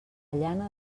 llana